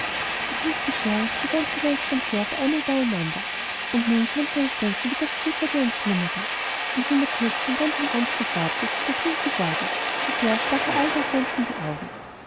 die christbescherung für die ganze welt stand hier auf einmal beieinander und nun könnt ihr euch denken wie das glitzerte und flimmerte und wie mathildchen ganz im ernste glaubte sie sei blind geworden so sehr stach ihr all der glanz in die augen